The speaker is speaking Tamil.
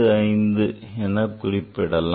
55 எனக் குறிப்பிடலாம்